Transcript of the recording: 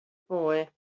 boy